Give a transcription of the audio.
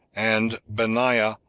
and benaiah,